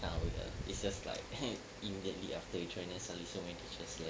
kind of weird it's just like immediately after we join then suddenly so many teachers left